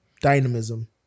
Dynamism